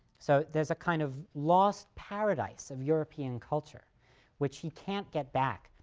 so, there's a kind of lost paradise of european culture which he can't get back,